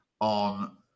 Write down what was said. on